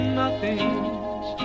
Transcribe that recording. nothings